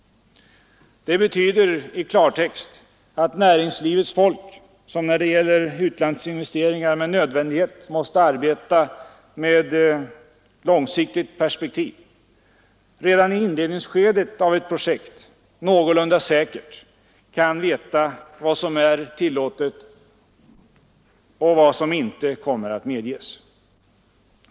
Det betyder i klartext att näringslivets folk, som när det gäller utlandsinvesteringar med nödvändighet måste arbeta med långsiktigt perspektiv, redan i inledningsskedet av ett projekt någorlunda säkert kan veta vad som är tillåtet och vad som inte kommer att medges.